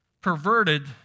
perverted